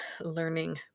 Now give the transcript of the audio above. learning